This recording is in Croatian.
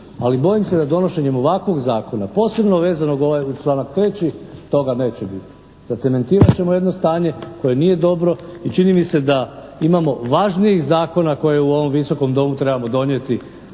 ali bojim se da donošenjem ovakvog zakona posebno vezanog uz članak 3. toga neće biti. Zacementirat ćemo jedno stanje koje nije dobro i čini mi se da imamo važnijih zakona koje u ovom Visokom domu trebamo donijeti,